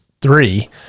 three